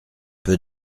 peu